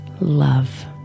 love